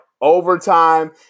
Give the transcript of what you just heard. Overtime